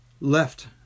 left